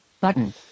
button